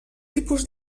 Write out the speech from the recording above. tipus